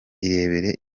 irebere